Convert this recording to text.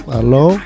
Hello